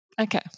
okay